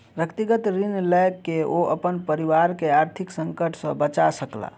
व्यक्तिगत ऋण लय के ओ अपन परिवार के आर्थिक संकट से बचा सकला